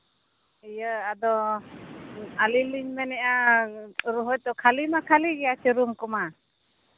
ᱤᱭᱟᱹ ᱟᱫᱚ ᱟᱹᱞᱤᱧ ᱞᱤᱧ ᱢᱮᱱᱮᱫᱼᱟ ᱨᱩᱢ ᱦᱚᱭᱛᱳ ᱠᱷᱟᱹᱞᱤ ᱢᱟ ᱠᱷᱟᱹᱞᱤ ᱜᱮᱭᱟ ᱥᱮ ᱨᱩᱢ ᱠᱚᱢᱟ